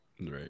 Right